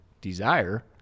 desire